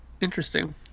Interesting